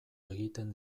egiten